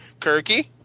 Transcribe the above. Kirky